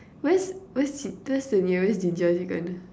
where's where's the nearest Jinjja-chicken